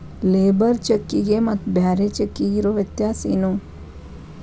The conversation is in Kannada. ಲೇಬರ್ ಚೆಕ್ಕಿಗೆ ಮತ್ತ್ ಬ್ಯಾರೆ ಚೆಕ್ಕಿಗೆ ಇರೊ ವ್ಯತ್ಯಾಸೇನು?